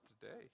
today